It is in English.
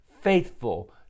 faithful